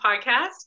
podcast